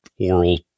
oral